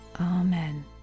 amen